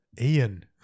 Ian